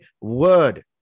word